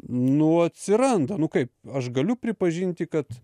nu atsiranda nu kaip aš galiu pripažinti kad